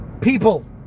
people